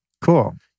Cool